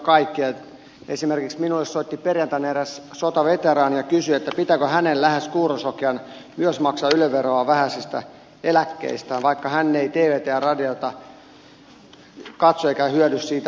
esimerkiksi minulle soitti perjantaina eräs sotaveteraani ja kysyi pitääkö hänen lähes kuurosokean myös maksaa yle veroa vähäisestä eläkkeestään vaikka hän ei tvtä ja radiota katso eikä hyödy siitä mitään